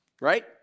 right